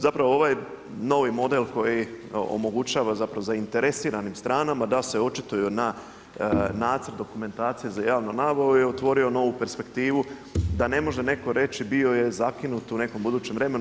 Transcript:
Zapravo ovaj novi model koji omogućava zapravo zainteresiranim stranama da se očituju na Nacrt dokumentacije za javnu nabavu je otvorio novu perspektivu, da ne može netko reći bio je zakinut u nekom budućem vremenu.